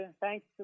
Thanks